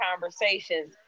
conversations